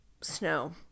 Snow